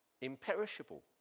imperishable